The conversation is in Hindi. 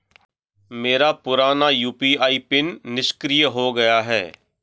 मेरा पुराना यू.पी.आई पिन निष्क्रिय हो गया है